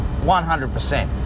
100%